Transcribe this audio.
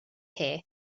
peth